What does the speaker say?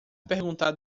perguntar